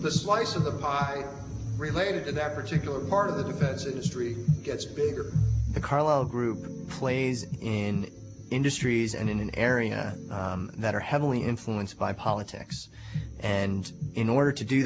the slice of the buy related to that particular part of the best in history gets bigger the carlyle group plays in industries and in an area that are heavily influenced by politics and in order to do